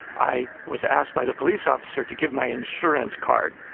i was asked by the police officer to give my insurance card,